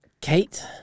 kate